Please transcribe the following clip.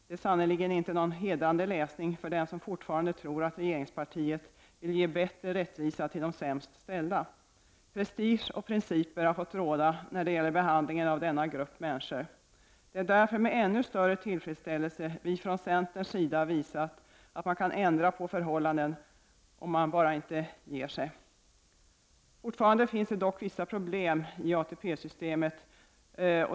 Det är sannerligen inte någon hedrande läsning för den som fortfarande tror att regeringspartiet vill ge bättre rättvisa till de sämst ställda. Prestige och principer har fått råda när det gäller behandlingen av denna grupp människor. Det är därför med ännu större tillfredsställelse vi från centerns sida har visat att man kan ändra på förhållanden om man bara inte ger sig. Fortfarande finns det dock vissa problem i ATP-systemet.